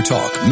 Talk